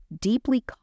deeply